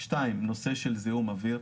2. נושא של זיהום אויר,